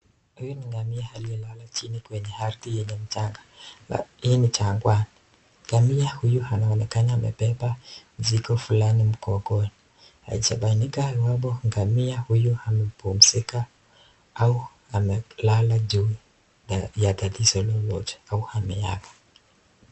Huyu ni ngamia aliyelala chini kwenye ardhi yenye mchanga hii ni jangwani. Ngamia huyu anaonekana amebeba mzigo fulani mgongoni haijabainika iwapo ngamia huyu amepumzika au amelala juu ya tatizo lolote au ameaga.